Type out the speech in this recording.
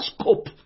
scope